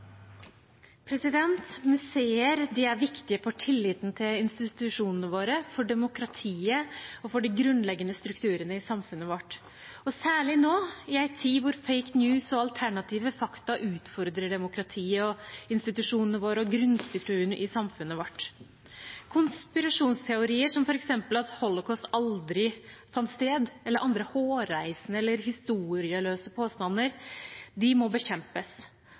viktige for tilliten til institusjonene våre, for demokratiet og for de grunnleggende strukturene i samfunnet vårt, særlig nå i en tid hvor «fake news» og alternative fakta utfordrer demokratiet, institusjonene våre og grunnstrukturen i samfunnet vårt. Konspirasjonsteorier som f.eks. at Holocaust aldri fant sted, eller andre hårreisende eller historieløse påstander, må bekjempes,